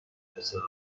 دسر